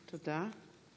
תודה.